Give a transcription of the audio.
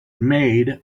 made